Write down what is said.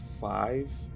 five